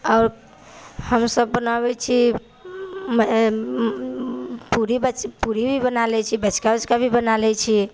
आओर हम सभ बनाबै छी पूरी पूरी भी बना लै छी बचका वचका भी बना लै छी